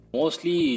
mostly